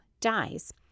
dies